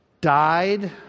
died